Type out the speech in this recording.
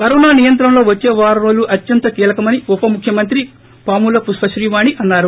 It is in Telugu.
కరోనా నియంత్రణలో వచ్చే వారం రోజులు అత్యంత కీలకమని ఉప ముఖ్యమంత్రి పాముల పుష్పతీవాణి అన్నారు